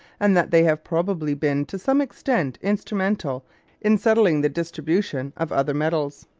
and that they have probably been to some extent instrumental in settling the distribution of other metals.